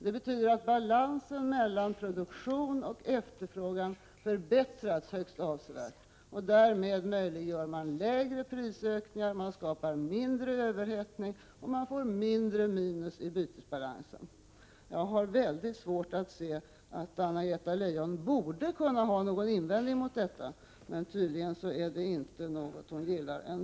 Det medför att balansen mellan produktion och efterfrågan förbättras högst avsevärt. Därmed möjliggör man lägre prisökningar. Man skapar mindre överhettning och man får ett mindre minus i bytesbalansen. Såvitt jag kan se borde inte Anna-Greta Leijon kunna ha någon invändning mot detta, men tydligen är det ändå inte något hon gillar.